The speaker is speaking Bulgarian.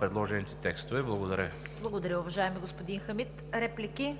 предложените текстове. Благодаря Ви. ПРЕДСЕДАТЕЛ ЦВЕТА КАРАЯНЧЕВА: Благодаря, уважаеми господин Хамид. Реплики?